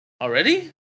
already